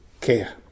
care